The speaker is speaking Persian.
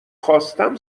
خواستم